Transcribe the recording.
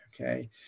okay